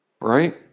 Right